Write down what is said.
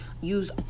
use